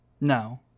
No